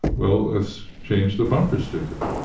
well, let's change the bumper sticker.